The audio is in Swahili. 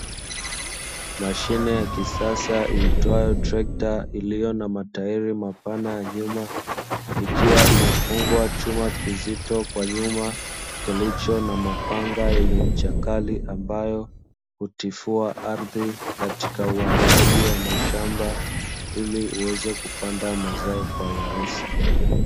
Mashine ya kisasa iitwayo trekta iliyo na matairi mapana ya nyuma, Ikiwa imefungwa chuma kizito kwa nyuma kilicho na mapanga yenye ncha kali ambayo kutifua ardhi katika uandaaji wa mashamba ili uweze kupanda mazao kwa urahisi.